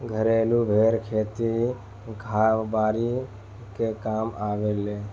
घरेलु भेड़ खेती बारी के कामे आवेले